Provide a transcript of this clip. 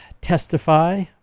Testify